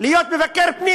להיות מבקר פנים.